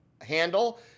handle